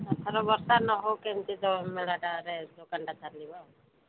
ଏଥର ବର୍ଷା ନ ହେଉ କେମିତି ମେଳାଟାରେ ଦୋକାନଟା ଚାଲିବ ଆଉ